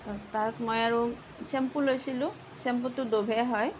তাক মই আৰু চেম্পু লৈছিলোঁ চেম্পুটো ড'ভেই হয়